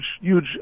huge